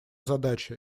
задача